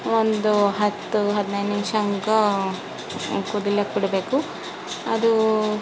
ಒಂದು ಹತ್ತು ಹದಿನೈದು ನಿಮಿಷ ಹಂಗೆ ಕುದಿಲಕ್ಕ ಬಿಡಬೇಕು ಅದು